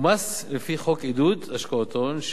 ומס לפי חוק עידוד השקעות הון,